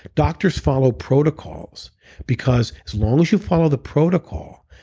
doctors follow protocols because as long as you follow the protocol,